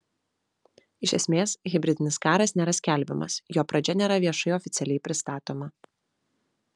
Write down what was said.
iš esmės hibridinis karas nėra skelbiamas jo pradžia nėra viešai oficialiai pristatoma